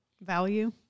Value